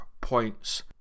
points